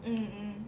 mm